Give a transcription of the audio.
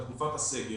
תקופת הסגר.